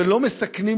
ולא מסכנים,